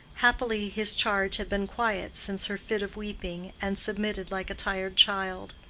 happily his charge had been quiet since her fit of weeping, and submitted like a tired child.